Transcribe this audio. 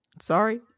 Sorry